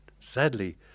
sadly